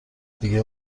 دیگه